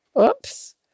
Oops